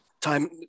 time